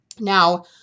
Now